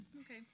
Okay